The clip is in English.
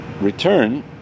Return